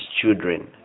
children